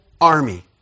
army